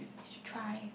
should try